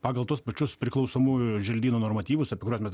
pagal tuos pačius priklausomųjų želdynų normatyvus apie kuriuos mes